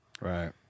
right